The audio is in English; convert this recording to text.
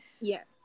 Yes